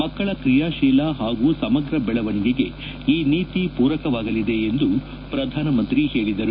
ಮಕ್ಕಳ ಕ್ರಿಯಾಶೀಲ ಹಾಗೂ ಸಮಗ್ರ ಬೆಳವಣಿಗೆಗೆ ಈ ನೀತಿ ಪೂರಕವಾಗಲಿದೆ ಎಂದು ಪ್ರಧಾನಮಂತ್ರಿ ಹೇಳಿದರು